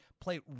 play